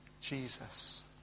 Jesus